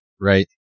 Right